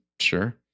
Sure